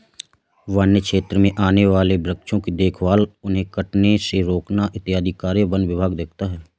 वन्य क्षेत्र में आने वाले वृक्षों की देखभाल उन्हें कटने से रोकना इत्यादि कार्य वन विभाग देखता है